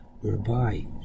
whereby